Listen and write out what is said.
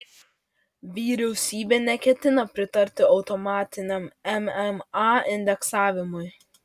vyriausybė neketina pritarti automatiniam mma indeksavimui